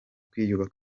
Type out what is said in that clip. kw’ibyabaye